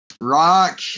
Rock